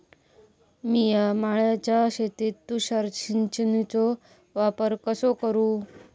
मिया माळ्याच्या शेतीत तुषार सिंचनचो वापर कसो करू?